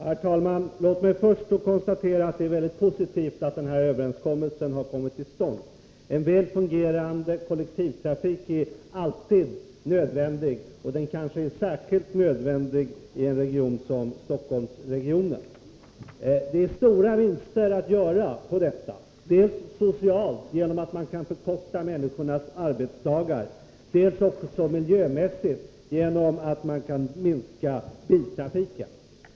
Herr talman! Låt mig först konstatera att det är mycket positivt att denna överenskommelse har kommit till stånd. En väl fungerande kollektivtrafik är alltid nödvändig, och den kanske är särskilt nödvändig i en region som Stockholmsregionen. Stora vinster är att göra dels socialt genom att man kan förkorta människornas arbetsdagar, dels miljömässigt genom att man kan minska biltrafiken.